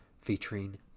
featuring